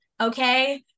okay